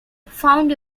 found